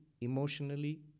emotionally